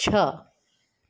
છ